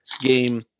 game